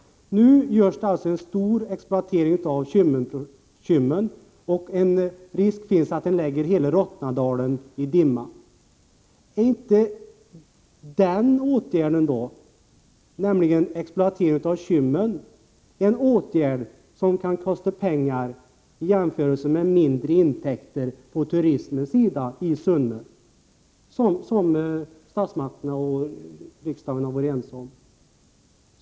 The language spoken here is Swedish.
Nu görs en stor exploatering av Kymmen, och risk finns för att denna exploatering lägger hela Rottnadalen i dimma. Är inte en exploatering av Kymmen en åtgärd som kan kosta pengar, med tanke på mindre intäkter från turismen — sådant som statsmakterna och riksdagen har varit ense om?